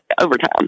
overtime